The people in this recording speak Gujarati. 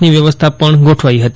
ની વ્યવસ્થા પણ ગોઠવાઈ હતી